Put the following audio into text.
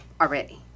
already